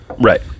Right